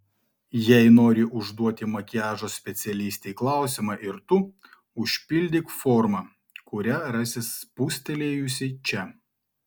jei nori užduoti makiažo specialistei klausimą ir tu užpildyk formą kurią rasi spustelėjusi čia